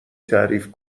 تعریف